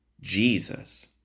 Jesus